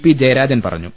P Jayarajan പറഞ്ഞു